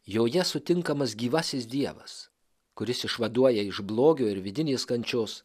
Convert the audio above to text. joje sutinkamas gyvasis dievas kuris išvaduoja iš blogio ir vidinės kančios